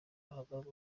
hagati